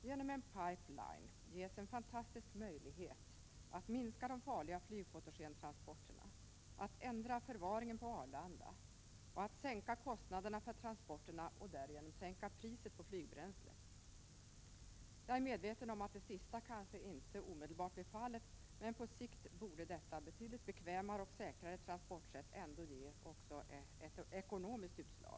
Genom en pipeline ges en fantastisk möjlighet att minska de farliga flygfotogentransporterna, att ändra förvaringen på Arlanda och att 67 sänka kostnaderna för transporterna och därigenom sänka priset på flygbränsle. Jag är medveten om att det sista kanske inte omedelbart blir fallet, men på sikt borde detta betydligt bekvämare och säkrare transportsätt ändå ge också ett ekonomiskt utslag.